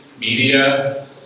media